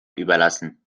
überlassen